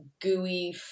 gooey